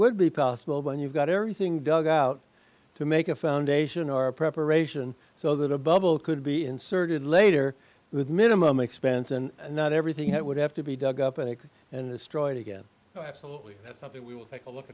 would be possible when you've got everything dug out to make a foundation or a preparation so that a bubble could be inserted later with minimum expense and not everything that would have to be dug up and and destroyed again oh absolutely that's something we will take a look